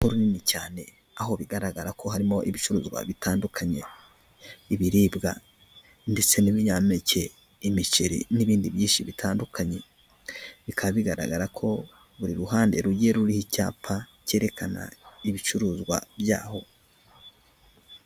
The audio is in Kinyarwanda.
Rinini cyane, aho bigaragara ko harimo ibicuruzwa bitandukanye, ibiribwa ndetse n'ibinyampeke ,imiceri n'ibindi byinshi bitandukanye, bikaba bigaragara ko buri ruhande rujyiye ruriho icyapa cyerekana ibicuruzwa byaho.